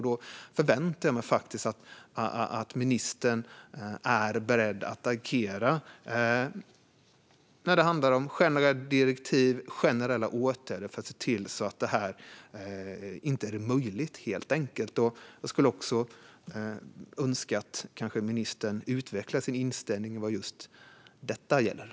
Då förväntar jag mig att ministern är beredd att agera, med direktiv eller generella åtgärder, för att se till att detta helt enkelt inte blir möjligt. Jag skulle önska att ministern utvecklade sin inställning vad gäller just detta.